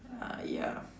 uh ya